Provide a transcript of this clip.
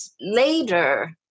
later